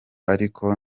ariko